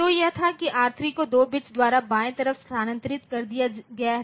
तो यह था कि R3 को 2 बिट्स द्वारा बाएं तरफ स्थानांतरित कर दिया गया था